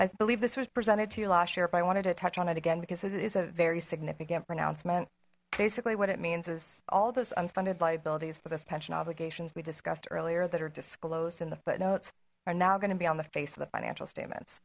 i believe this was presented to you last year but i wanted to touch on it again because it is a very significant pronouncement basically what it means is all this unfunded liabilities for this pension obligations we discussed earlier that are disclosed in the footnotes are now going to be on the face of the financial statements